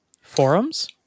Forums